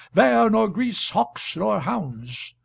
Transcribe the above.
vair nor gris, hawks nor hounds,